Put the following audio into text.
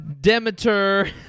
Demeter